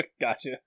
Gotcha